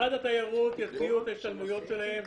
משרד התיירות יציעו את ההשתלמויות שלהם,